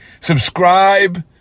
Subscribe